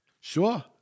Sure